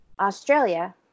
Australia